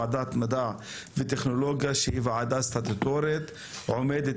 ועדת מדע וטכנולוגיה שהיא ועדה סטטוטורית עומדת